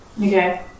Okay